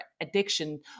addiction